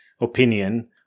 opinion